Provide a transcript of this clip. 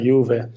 Juve